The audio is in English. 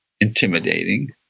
intimidating